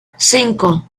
cinco